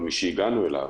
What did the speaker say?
אבל משהגענו אליו